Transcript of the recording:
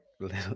little